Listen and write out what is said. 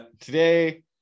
Today